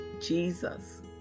Jesus